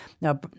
Now